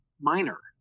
minor